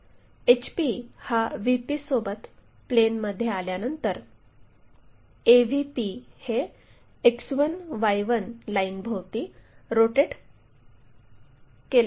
HP हा VP सोबत प्लेनमध्ये आल्यानंतर AVP हे X1 Y1 लाईनभोवती रोटेट केला जातो